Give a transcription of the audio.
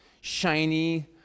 shiny